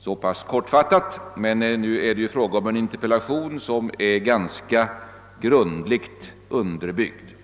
så kortfattat, men nu var det ju fråga om en interpellation som är ganska grundligt underbyggd.